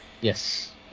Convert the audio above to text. yes